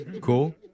cool